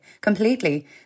completely